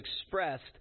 expressed